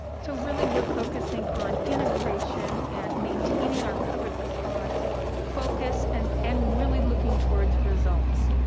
so really we're focusing on integration and maintaining our covid response focus and and really looking towards results.